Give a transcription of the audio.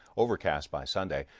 overcast by sunday,